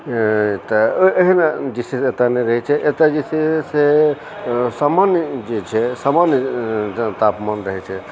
तऽ एहन जे छै से एतय नहि रहैत छै एतय जे छै से सामान्य जे छै सामान्य जेना तापमान रहैत छै